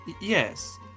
yes